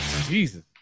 Jesus